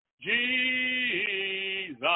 Jesus